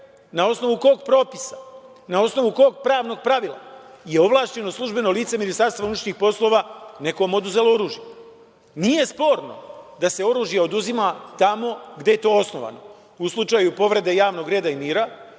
na osnovu kog propisa, na osnovu kog pravnog pravila je ovlašćeno službeno lice Ministarstva unutrašnjih poslova nekom oduzelo oružje? Nije sporno da se oružje oduzima tamo gde je to osnovano, u slučaju povrede javnog reda i mira,